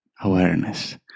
awareness